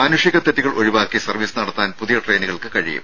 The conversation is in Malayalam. മാനുഷിക തെറ്റുകൾ ഒഴിവാക്കി സർവ്വീസ് നടത്താൻ പുതിയ ട്രെയിനുകൾക്ക് കഴിയും